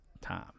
time